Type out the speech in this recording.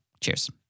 Cheers